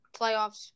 playoffs